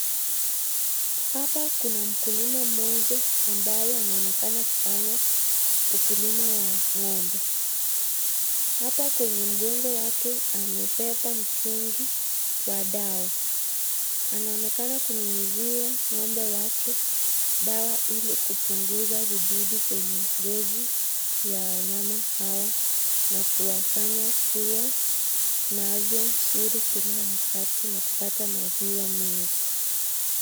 Hapa kuna mkulima mmoja ambaye anaonekana kufanya ukulima wa ng'ombe. Hapa kwenye mgongo wake, amebeba mtungi wa dawa. Anaonekana kunyunyizia ng'ombe wake dawa ili kupunguza vidudu kwenye ngozi ya wanyama hawa na kuwafanya kuwa na afya nzuri kila wakati na kupata maziwa mengi.